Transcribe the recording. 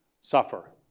suffer